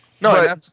no